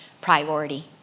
priority